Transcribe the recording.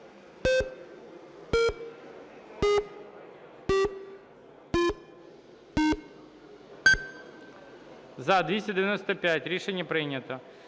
За-253 Рішення прийнято.